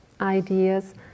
ideas